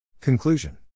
Conclusion